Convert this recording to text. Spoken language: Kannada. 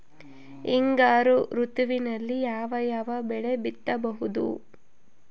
ಹಿಂಗಾರು ಋತುವಿನಲ್ಲಿ ಯಾವ ಯಾವ ಬೆಳೆ ಬಿತ್ತಬಹುದು?